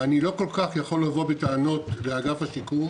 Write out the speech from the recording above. ואני לא כל כך יכול לבוא בטענות לאגף השיקום